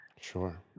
Sure